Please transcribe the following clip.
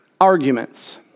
arguments